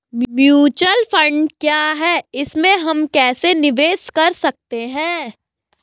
Mutual fund क्या है इसमें हम कैसे निवेश कर सकते हैं?